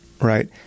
right